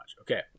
Okay